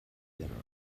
theatres